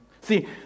See